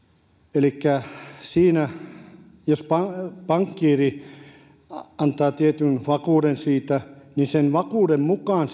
elikkä jos pankkiiri antaa tietyn vakuuden siitä niin sen vakuuden mukaan